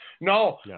No